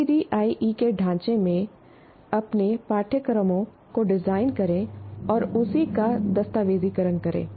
ADDIE के ढांचे में अपने पाठ्यक्रमों को डिजाइन करें और उसी का दस्तावेजीकरण करें